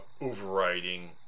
overriding